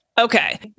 Okay